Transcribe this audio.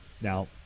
now